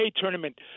tournament